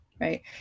right